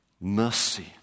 mercy